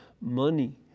money